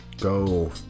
go